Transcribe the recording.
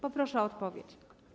Poproszę o odpowiedź.